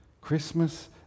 Christmas